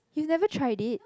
you never tried it